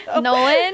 Nolan